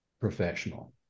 professional